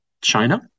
China